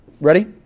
Ready